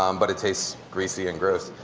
um but it tastes greasy and gross.